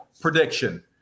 Prediction